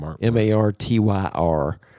m-a-r-t-y-r